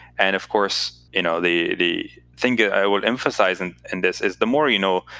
and of course, you know the the thing that i would emphasize and in this is, the more you know,